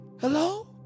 Hello